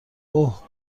اوه